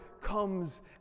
comes